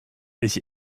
ich